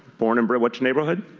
born in but which neighborhood?